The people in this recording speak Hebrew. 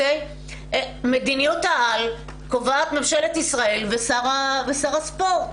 את מדיניות העל קובעת ממשלת ישראל ושר הספורט.